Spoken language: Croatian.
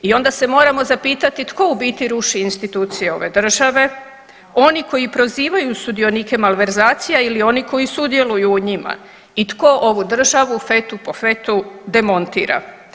I onda se moramo zapitati tko u biti ruši institucije ove države, oni koji prozivaju sudionike malverzacija ili oni koji sudjeluju u njima i tko ovu državu fetu po fetu demontira?